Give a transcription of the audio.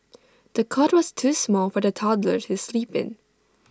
the cot was too small for the toddler to sleep in